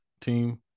team